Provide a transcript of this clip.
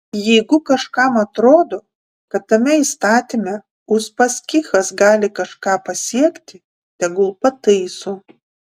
jeigu kažkam atrodo kad tame įstatyme uspaskichas gali kažką pasiekti tegul pataiso